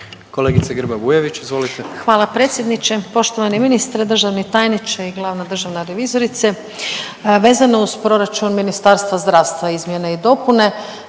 izvolite. **Grba-Bujević, Maja (HDZ)** Hvala predsjedniče, poštovani ministre, državni tajniče i glavna državna revizorice. Vezano uz proračun Ministarstva zdravstva izmjene i dopune